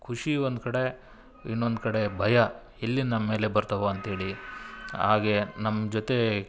ಖುಷಿ ಒಂದು ಕಡೆ ಇನ್ನೊಂದು ಕಡೆ ಭಯ ಎಲ್ಲಿ ನಮ್ಮೇಲೆ ಬರ್ತವೋ ಅಂಥೇಳಿ ಹಾಗೆ ನಮ್ಮ ಜೊತೆ